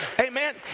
Amen